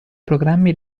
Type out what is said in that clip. programmi